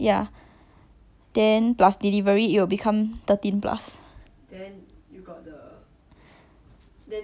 correct the original price must be more than twelve then you can use so I'm going to not subscribe to it again